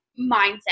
mindset